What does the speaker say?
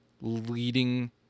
leading